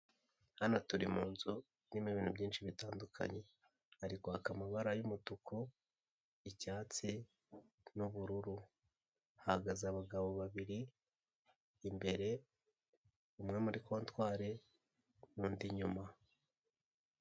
Hano turi munzu irimo ibintu byinshi bitandukanye ariko hakaba amabara y'umutuku, icyatsi n'ubururu, hahagaze abagabo babiri imbere, umwe muri kontwari n'undi inyuma.